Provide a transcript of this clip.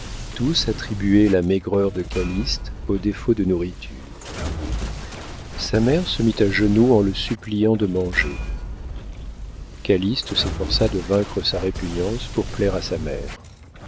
tous attribuaient la maigreur de calyste au défaut de nourriture sa mère se mit à genoux en le suppliant de manger calyste s'efforça de vaincre sa répugnance pour plaire à sa mère